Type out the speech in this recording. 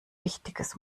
wichtiges